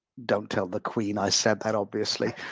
don't tell the queen i said that, obviously.